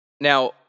Now